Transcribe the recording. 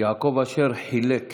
יעקב אשר חילק